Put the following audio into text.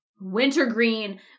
Wintergreen